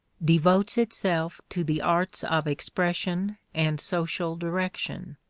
devotes itself to the arts of expression and social direction.